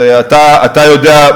אתה יודע.